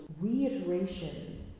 reiteration